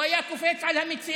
הוא היה קופץ על המציאה,